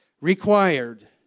required